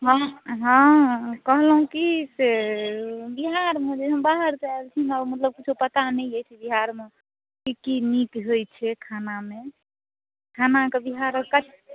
हँ कहलहुँ की से बिहारमे जे हम बाहरसँ आएल छी हमरा मतलब किछु पता नहि अछि बिहारमे की की नीक होइत छै खानामे खानाके बिहारमे